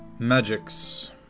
Magics